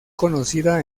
conocida